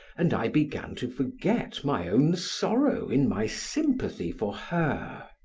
and i began to forget my own sorrow in my sympathy for her.